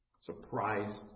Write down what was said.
Surprised